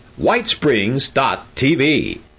Whitesprings.tv